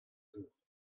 zour